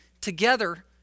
together